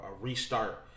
restart